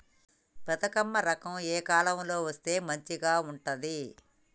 బతుకమ్మ రకం ఏ కాలం లో వేస్తే మంచిగా ఉంటది?